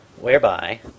whereby